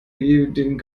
dem